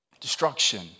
destruction